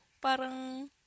parang